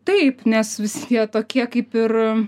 taip nes visi jie tokie kaip ir